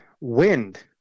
wind